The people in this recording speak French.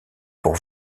pour